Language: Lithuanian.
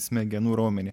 smegenų raumenį